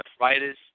arthritis